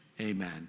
amen